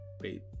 wait